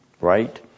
right